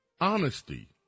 honesty